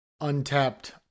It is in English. untapped